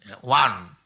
one